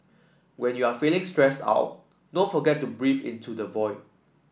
when you are feeling stressed out don't forget to breathe into the void